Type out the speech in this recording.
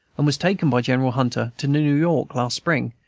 and was taken by general hunter to new york last spring,